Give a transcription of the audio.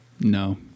no